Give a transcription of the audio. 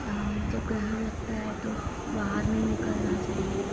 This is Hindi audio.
जब ग्रहण लगता है तो बाहर नहीं निकलना चाहिए